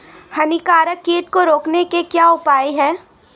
हानिकारक कीट को रोकने के क्या उपाय हैं?